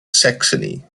saxony